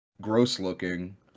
gross-looking